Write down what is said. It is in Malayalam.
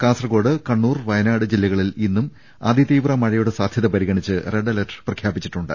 കാസർകോട് കണ്ണൂർ വയ നാട് ജില്ലകളിൽ ഇന്നും അതിതീവ്ര മഴയുടെ സാധ്യത പരിഗണിച്ച് റെഡ് അലർട്ട് പ്രഖ്യാപിച്ചിട്ടുണ്ട്